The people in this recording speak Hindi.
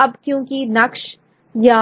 अब क्योंकि नक्श या